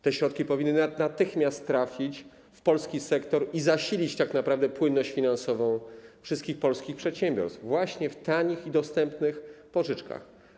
Te środki powinny natychmiast trafić do polskiego sektora i zasilić tak naprawdę płynność finansową wszystkich polskich przedsiębiorstw, właśnie w formie tanich i dostępnych pożyczek.